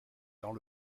dans